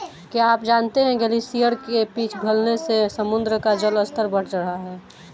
क्या आप जानते है ग्लेशियर के पिघलने से समुद्र का जल स्तर बढ़ रहा है?